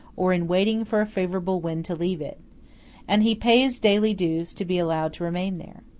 or in waiting for a favorable wind to leave it and he pays daily dues to be allowed to remain there.